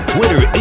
Twitter